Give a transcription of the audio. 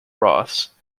ross